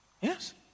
Yes